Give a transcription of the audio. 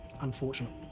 unfortunate